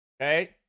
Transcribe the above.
Okay